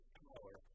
power